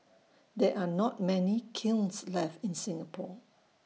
there are not many kilns left in Singapore